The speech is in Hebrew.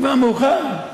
כבר מאוחר.